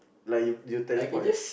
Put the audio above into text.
like you you teleport